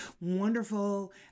wonderful